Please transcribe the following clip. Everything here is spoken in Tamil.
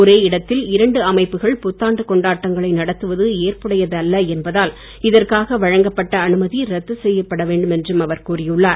ஒரே இடத்தில் இரண்டு அமைப்புகள் புத்தாண்டு கொண்டாட்டங்களை நடத்துவது ஏற்புடையதல்ல என்பதால் இதற்காக வழங்கப்பட்ட அனுமதி ரத்து செய்ய வேண்டும் என்று அவர் கூறியுள்ளார்